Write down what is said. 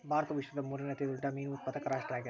ಭಾರತವು ವಿಶ್ವದ ಮೂರನೇ ಅತಿ ದೊಡ್ಡ ಮೇನು ಉತ್ಪಾದಕ ರಾಷ್ಟ್ರ ಆಗ್ಯದ